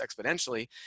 exponentially